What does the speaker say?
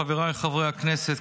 חבריי חברי הכנסת,